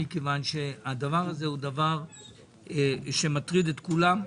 מכיוון שהדבר הזה מטריד את כולם.